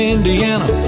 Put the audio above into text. Indiana